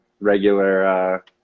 regular